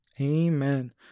Amen